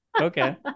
Okay